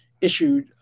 issued